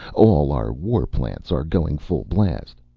all our war plants are going full blast.